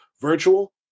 virtual